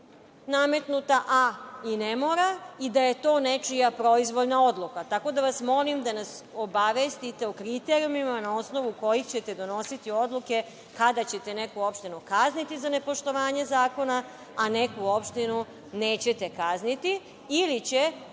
nametnuta, a i ne mora i da je to nečija proizvoljna odluka. Tako da vas molim da nas obavestite o kriterijumima na osnovu kojih ćete donositi odluke kada ćete neku opštinu kazniti za nepoštovanje zakona, a neku opštinu nećete kazniti ili će,